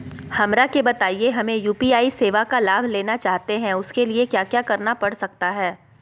हमरा के बताइए हमें यू.पी.आई सेवा का लाभ लेना चाहते हैं उसके लिए क्या क्या करना पड़ सकता है?